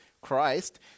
Christ